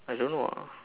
I don't know ah